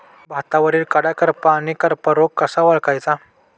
भातावरील कडा करपा आणि करपा रोग कसा ओळखायचा?